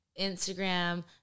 Instagram